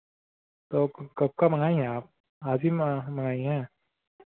तो कब का मँगाई हैं आप आज ही मँगाई हैं